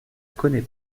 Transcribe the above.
connais